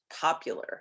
popular